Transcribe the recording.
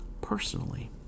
personally